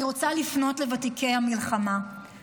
אני רוצה לפנות לוותיקי הווטרנים,